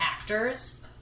actors